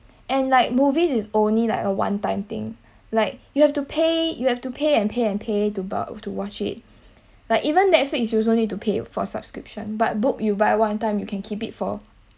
and like movies is only like a one time thing like you have to pay you have to pay and pay and pay to to watch it like even netflix you also need to pay for subscription but book you buy one time you can keep it for